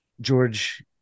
George